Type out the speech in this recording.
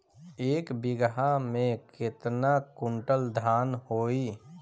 एक बीगहा में केतना कुंटल धान होई?